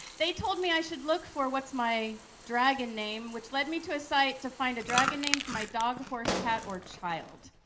they told me i should look for what's my dragon name, which lead me to a site to find a dragon name for my dog, horse, cat or child.